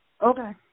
Okay